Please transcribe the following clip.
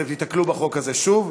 אתם תיתקלו בחוק הזה שוב,